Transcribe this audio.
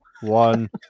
one